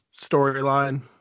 storyline